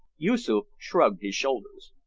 yoosoof shrugged his shoulders.